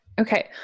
Okay